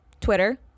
Twitter